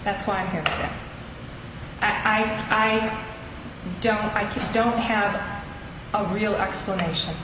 that's why i'm here i i don't i don't have a real explanation